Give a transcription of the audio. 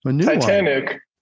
Titanic